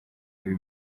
ibi